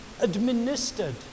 administered